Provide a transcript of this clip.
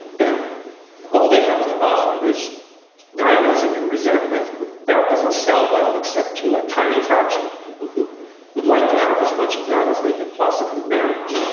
all they have to offer is nihilism and resentment and that doesn't sell well except to a tiny fraction of people who would like to have as much of that as they can possibly manage.